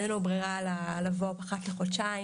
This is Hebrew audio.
ככה שאין לנו ברירה לבוא ככה אחת לחודשיים.